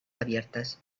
abiertas